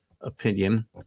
Opinion